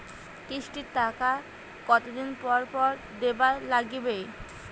কিস্তির টাকা কতোদিন পর পর দিবার নাগিবে?